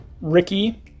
Ricky